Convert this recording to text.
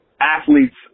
athletes